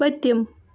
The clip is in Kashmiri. پٔتِم